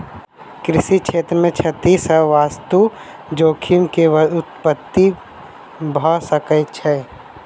कृषि क्षेत्र मे क्षति सॅ वास्तु जोखिम के उत्पत्ति भ सकै छै